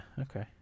okay